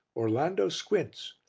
orlando squints,